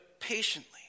patiently